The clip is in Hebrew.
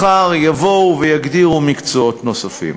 מחר יבואו ויגדירו מקצועות נוספים.